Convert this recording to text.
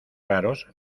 raros